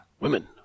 Women